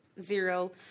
zero